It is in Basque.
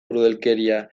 krudelkeria